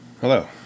Hello